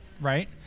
right